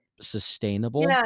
sustainable